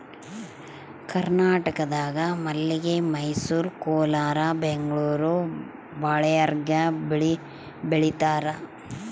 ಕರ್ನಾಟಕದಾಗ ಮಲ್ಲಿಗೆ ಮೈಸೂರು ಕೋಲಾರ ಬೆಂಗಳೂರು ಬಳ್ಳಾರ್ಯಾಗ ಬೆಳೀತಾರ